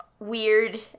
weird